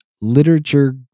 literature